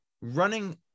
running